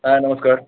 হ্যাঁ নমস্কার